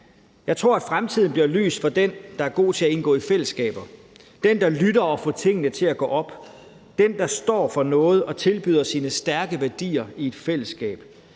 Jeg tror, at fremtiden bliver lys for den, der er god til at indgå i fællesskaber; den, der lytter og får tingene til at gå op; den, der står for noget og tilbyder sine stærke værdier i et fællesskab,